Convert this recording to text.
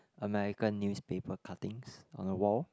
American newspaper cuttings on the wall